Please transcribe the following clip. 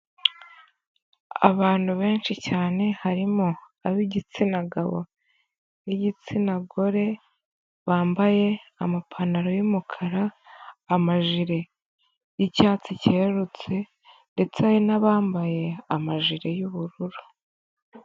Abantu benshi cyane, harimo ab'igitsina gabo n'igitsina gore, bambaye amapantaro y'umukara, amajire y'icyatsi cyerurutse ndetse hari n'abambaye amajire y'ubururu.